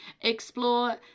Explore